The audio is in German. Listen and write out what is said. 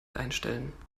einstellen